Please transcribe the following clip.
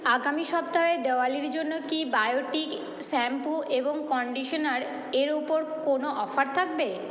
আগামী সপ্তাহে দেওয়ালির জন্য কি বায়োটিক শ্যাম্পু এবং কন্ডিশনারের ওপর কোনো অফার থাকবে